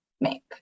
make